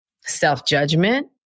self-judgment